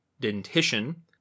dentition